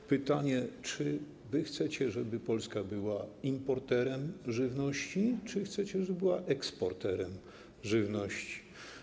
Mam pytanie: Czy wy chcecie, żeby Polska była importerem żywności, czy też chcecie, żeby była eksporterem żywności?